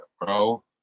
bro